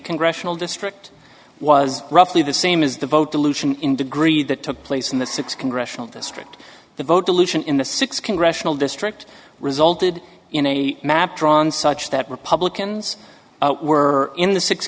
congressional district was roughly the same as the vote dilution in degree that took place in the six congressional district the vote dilution in the six congressional district resulted in a map drawn such that republicans were in the six